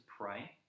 pray